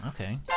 Okay